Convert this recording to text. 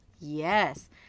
yes